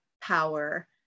power